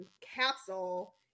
capsule